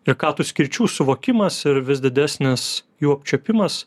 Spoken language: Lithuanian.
ir ką tų skirčių suvokimas ir vis didesnis jų apčiuopimas